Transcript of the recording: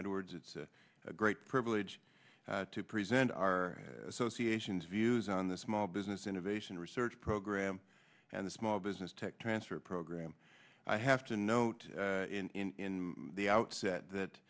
edwards it's a great privilege to present our associations views on the small business innovation research program and the small business tech transfer program i have to note in the outset that